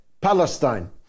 Palestine